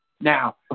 now